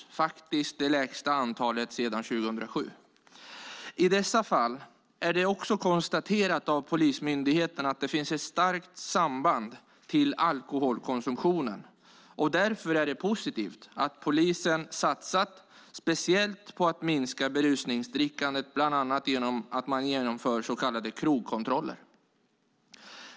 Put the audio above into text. Det är faktiskt det lägsta antalet sedan 2007. I dessa fall har polismyndigheterna också konstaterat att det finns ett starkt samband med alkoholkonsumtionen. Därför är det positivt att polisen satsat speciellt på att minska berusningsdrickandet, bland annat genom att genomföra så kallade krogkontroller.